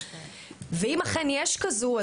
ואם אכן יש כזו,